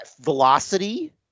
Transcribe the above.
Velocity